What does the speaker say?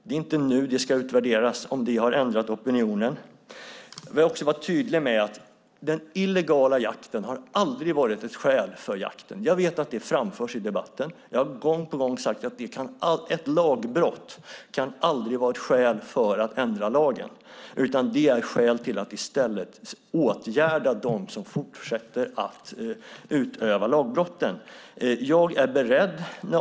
Det är inte nu det ska utvärderas om det har ändrat opinionen. Jag vill också vara tydlig med att den illegala jakten aldrig har varit ett skäl för jakten. Jag vet att det framförs i debatten. Jag har gång på gång sagt att ett lagbrott aldrig kan vara ett skäl för att ändra lagen. Det är i stället skäl för att åtgärda dem som fortsätter att utöva lagbrotten.